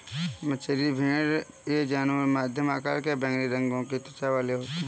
मेचेरी भेड़ ये जानवर मध्यम आकार के बैंगनी रंग की त्वचा वाले होते हैं